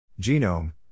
Genome